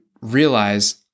realize